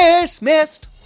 dismissed